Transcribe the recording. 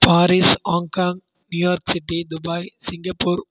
Paris Hong Kong New York city Dubai Singapore